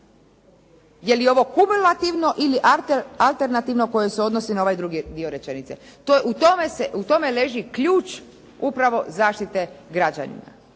Je li ovo kumulativno ili alternativno koji se odnosi na ovaj drugi rečenice? U tome leži ključ upravo zaštite građanina.